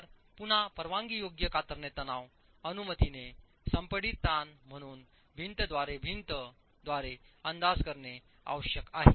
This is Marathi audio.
तर पुन्हा परवानगीयोग्य कातरणे तणाव अनुमतीने संपीडित ताण म्हणून भिंत द्वारे भिंत द्वारे अंदाज करणे आवश्यक आहे